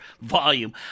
volume